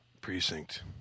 Precinct